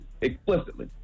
explicitly